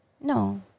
No